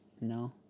No